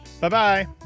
Bye-bye